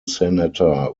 senator